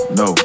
no